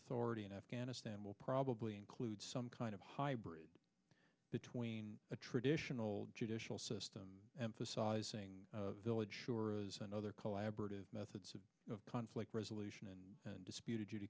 authority in afghanistan will probably include some kind of hybrid between a traditional judicial system emphasising village sure and other collaborative methods of conflict resolution and disputed you to